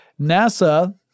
NASA